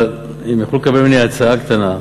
אבל אם יכלו לקבל ממני הצעה קטנה,